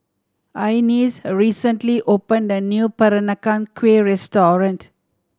Inez recently opened a new Peranakan Kueh restaurant